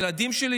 הילדים שלי,